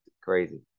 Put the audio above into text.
crazy